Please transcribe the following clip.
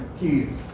kids